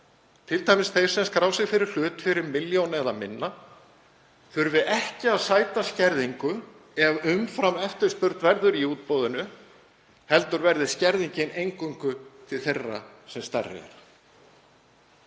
t.d. þeir sem skrá sig fyrir hlut fyrir milljón eða minna, þurfi ekki að sæta skerðingu ef umframeftirspurn verður í útboðinu, heldur verði skerðingin eingöngu til þeirra sem stærri eru.